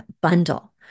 bundle